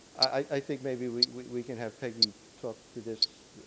i think maybe we can have peggy talk to this